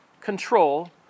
control